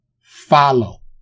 follow